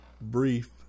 brief